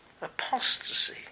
Apostasy